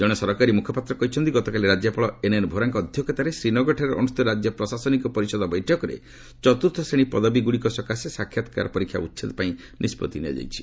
ଜଣେ ସରକାରୀ ମୁଖପାତ୍ର କହିଛନ୍ତି ଗତକାଲି ରାଜ୍ୟପାଳ ଏନ୍ଏନ୍ ଭୋରାଙ୍କ ଅଧ୍ୟକ୍ଷତାରେ ଶ୍ରୀନଗରଠାରେ ଅନୃଷ୍ଣିତ ରାଜ୍ୟ ପ୍ରଶାସନିକ ପରିଷଦ ବୈଠକରେ ଚତୁର୍ଥ ଶ୍ରେଣୀ ପଦବୀଗୁଡ଼ିକ ସକାଶେ ସାକ୍ଷାତକାର ପରୀକ୍ଷା ଉଚ୍ଛେଦ ପାଇଁ ନିଷ୍ପଭି ନିଆଯାଇଛି